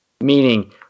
meaning